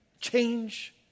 change